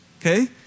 Okay